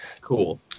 Cool